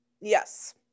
Yes